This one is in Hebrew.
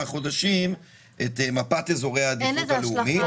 חודשים את מפת איזורי העדיפות הלאומית.